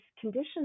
conditions